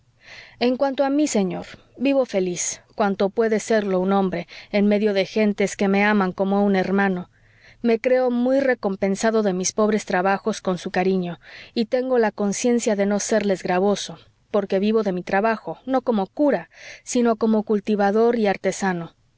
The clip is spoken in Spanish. en cuanto a mí señor vivo feliz cuanto puede serlo un hombre en medio de gentes que me aman como a un hermano me creo muy recompensado de mis pobres trabajos con su cariño y tengo la conciencia de no serles gravoso porque vivo de mi trabajo no como cura sino como cultivador y artesano